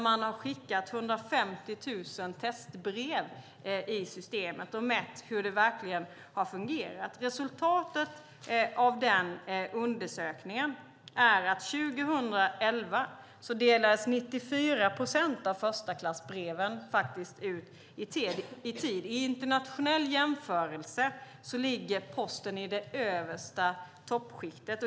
Man har skickat 150 000 testbrev i systemet och mätt hur det verkligen fungerat. Resultatet av undersökningen är att 94 procent av förstaklassbreven delades ut i tid 2011. I en internationell jämförelse ligger Posten i det översta toppskiktet.